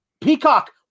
Peacock